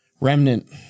Remnant